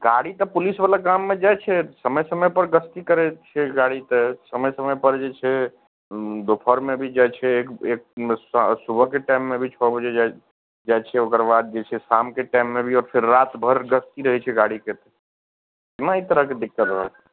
गाड़ी तऽ पुलिसवला गाममे जाइ छै समय समयपर गस्ती करै छिए गाड़ी तऽ समय समयपर जे छै दुपहरमे भी जाइ छै एक सुबहके टाइममे भी छओ बजे जाइ छै ओकर बाद जे छै शामके टाइममे भी आओर फेर रातिभरि गस्ती रहै छै गाड़ीके कोना एहि तरहके दिक्कत भए